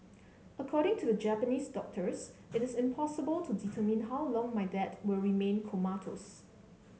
according to the Japanese doctors it is impossible to determine how long my dad will remain comatose